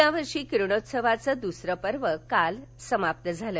यावर्षी किरणोत्सवाच दुसर पर्व काल समाप्त झालं